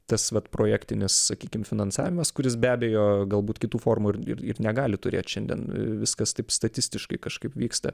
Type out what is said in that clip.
tas vat projektinis sakykim finansavimas kuris be abejo galbūt kitų formų ir ir ir negali turėt šiandien viskas taip statistiškai kažkaip vyksta